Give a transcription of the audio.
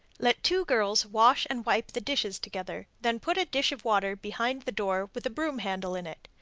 let two girls wash and wipe the dishes together, then put a dish of water behind the door with a broom-handle in it.